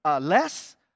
less